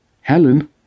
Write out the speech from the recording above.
Helen